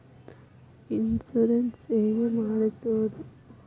Insurance ಹೇಗೆ ಮಾಡಿಸುವುದು?